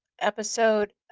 episode